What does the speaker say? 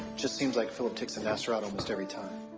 just seems like phillip takes the nasa route almost every time.